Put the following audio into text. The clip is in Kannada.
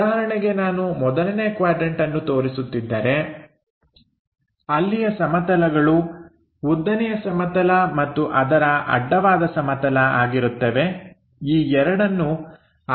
ಉದಾಹರಣೆಗೆ ನಾನು ಮೊದಲನೇ ಕ್ವಾಡ್ರನ್ಟಅನ್ನು ತೋರಿಸುತ್ತಿದ್ದರೆ ಅಲ್ಲಿಯ ಸಮತಲಗಳು ಉದ್ದನೆಯ ಸಮತಲ ಮತ್ತು ಅದರ ಅಡ್ಡವಾದ ಸಮತಲ ಆಗಿರುತ್ತವೆ ಈ ಎರಡನ್ನುಆ ಎರಡರಲ್ಲಿ ನಾವು ಚಿತ್ರಣ ಮಾಡುತ್ತೇವೆ